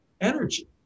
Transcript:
energy